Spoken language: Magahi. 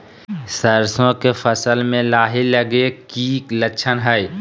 सरसों के फसल में लाही लगे कि लक्षण हय?